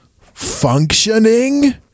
functioning